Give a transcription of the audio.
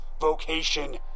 vocation